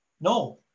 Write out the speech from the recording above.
no